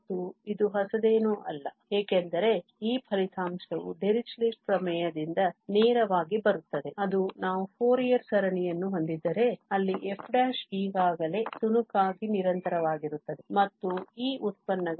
ಮತ್ತು ಇದು ಹೊಸದೇನೂ ಅಲ್ಲ ಏಕೆಂದರೆ ಈ ಫಲಿತಾಂಶವು ಡಿರಿಚ್ಲೆಟ್ನDirichlet's ಪ್ರಮೇಯದಿಂದ ನೇರವಾಗಿ ಬರುತ್ತದೆ ಅದು ನಾವು ಫೋರಿಯರ್ ಸರಣಿಯನ್ನು ಹೊಂದಿದ್ದರೆ ಅಲ್ಲಿ f ಈಗಾಗಲೇ ತುಣುಕಾಗಿ ನಿರಂತರವಾಗಿರುತ್ತದೆ ಮತ್ತು ಈ ಉತ್ಪನ್ನಗಳು